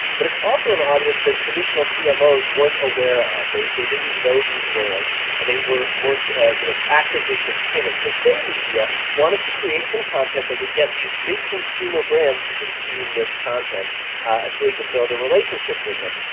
but it's also an audience that traditional cmos weren't aware of. they they didn't know these brands and they weren't you know actively pursuing them. so save media wanted to create some content that would get these big consumer brands to consume this content ah so they could build a relationship with them.